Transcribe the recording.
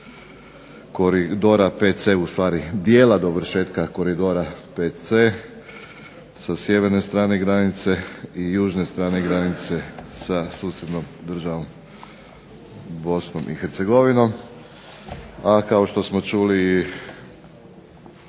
koridora VC u stvari dijela dovršetka koridora VC sa sjeverne strane granice i južne strane granice sa susjednom državom Bosnom i Hercegovinom, a kao što smo čuli